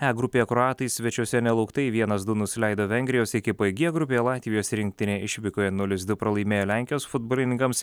e grupėje kroatai svečiuose nelauktai vienas du nusileido vengrijos ekipai g grupėje latvijos rinktinė išvykoje nulis du pralaimėjo lenkijos futbolininkams